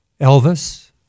Elvis